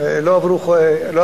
לא עבר זמן,